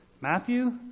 Matthew